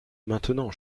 maintenant